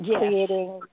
creating